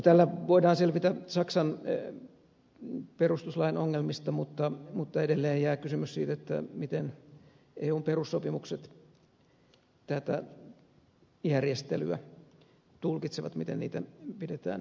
tällä voidaan selvitä saksan perustuslain ongelmista mutta edelleen jää kysymys siitä miten eun perussopimukset tätä järjestelyä tulkitsevat miten sitä pidetään hyväksyttävinä